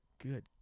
Good